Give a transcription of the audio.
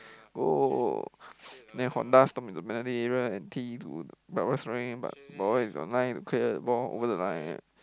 goal then from dust turn into many area and T to but what's but what is online to clear the ball over the line